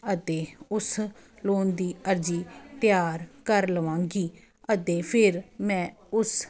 ਅਤੇ ਉਸ ਲੋਨ ਦੀ ਅਰਜੀ ਤਿਆਰ ਕਰ ਲਵਾਂਗੀ ਅਤੇ ਫਿਰ ਮੈਂ ਉਸ